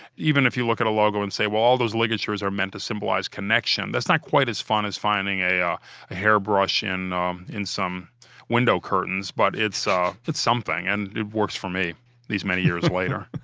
even if you look at a logo and say, well, all those ligatures are meant to symbolize connection. that's not quite as fun as finding a ah a hairbrush in um in some window curtains. but it's ah it's something, and it works for me these many years later